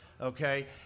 Okay